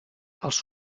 els